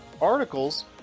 articles